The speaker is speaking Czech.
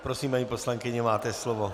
Prosím, paní poslankyně, máte slovo.